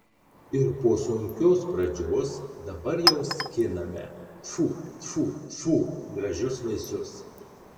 ir po sunkios pradžios dabar jau skiname tfu tfu tfu gražius vaisius